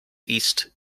east